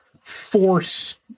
force